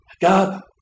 God